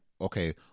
okay